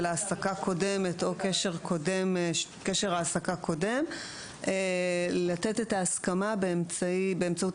העסקה קודמת או קשר העסקה קודם לתת את ההסכמה באמצעות